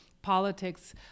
politics